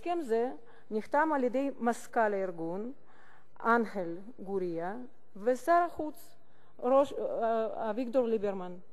הסכם זה נחתם על-ידי מזכ"ל הארגון אנחל גורייה ושר החוץ אביגדור ליברמן,